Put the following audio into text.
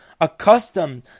accustomed